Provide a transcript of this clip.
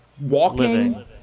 walking